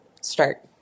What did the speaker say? start